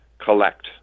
collect